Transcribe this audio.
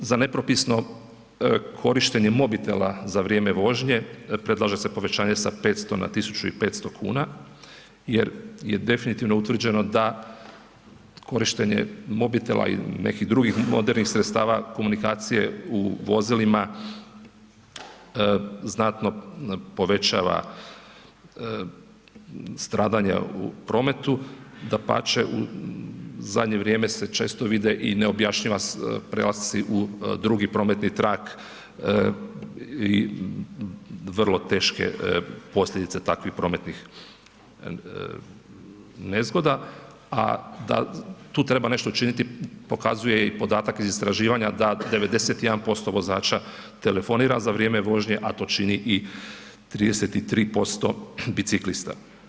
I za nepropisno korištenje mobitela za vrijeme vožnje predlaže se povećanje sa 500 na 1.500 kuna jer je definitivno utvrđeno da korištenje mobitela i nekih drugih modernih sredstava komunikacije u vozilima znatno povećava stradanja u prometu, dapače u zadnje vrijeme se često vide i neobjašnjiva prelasci u drugi prometni trak i vrlo teške posljedice takvih prometnih nezgoda, a da tu treba nešto učiniti pokazuje i podatak iz istraživanja da 91% vozača telefonira za vrijeme vožnje, a to čini i 33% biciklista.